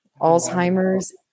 Alzheimer's